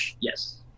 yes